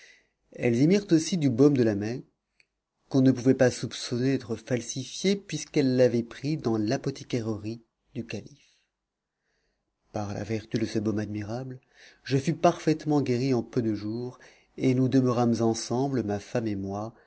elles y mirent aussi du baume de la mecque qu'on ne pouvait pas soupçonner d'être falsifié puisqu'elles l'avaient pris dans l'apothicairerie du calife par la vertu de ce baume admirable je fus parfaitement guéri en peu de jours et nous demeurâmes ensemble ma femme et moi